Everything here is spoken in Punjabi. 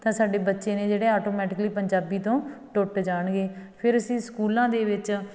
ਤਾਂ ਸਾਡੇ ਬੱਚੇ ਨੇ ਜਿਹੜੇ ਆਟੋਮੈਟਿਕਲੀ ਪੰਜਾਬੀ ਤੋਂ ਟੁੱਟ ਜਾਣਗੇ ਫਿਰ ਅਸੀਂ ਸਕੂਲਾਂ ਦੇ ਵਿੱਚ